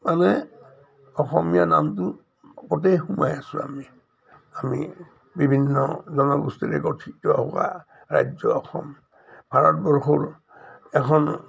মানে অসমীয়া নামটোতেই সোমাই আছোঁ আমি আমি বিভিন্ন জনগোষ্ঠীৰে গঠিত হোৱা ৰাজ্য অসম ভাৰতবৰ্ষৰ এখন